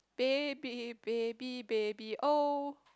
baby baby baby oh